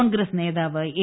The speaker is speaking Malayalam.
കോൺഗ്രസ് നേതാവ് ഏ